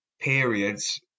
periods